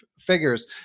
Figures